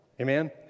Amen